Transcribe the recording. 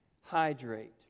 hydrate